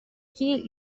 chi